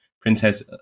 Princess